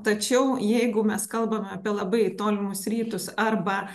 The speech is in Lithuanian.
tačiau jeigu mes kalbame apie labai tolimus rytus arba